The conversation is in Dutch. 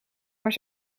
maar